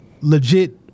legit